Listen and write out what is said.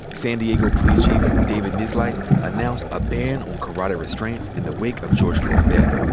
san diego police chief david nisleit announced a ban on carotid restraints in the wake of george floyd's death.